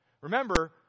Remember